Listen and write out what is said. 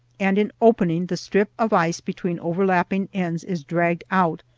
and in opening, the strip of ice between overlapping ends is dragged out,